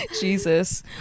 Jesus